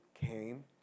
came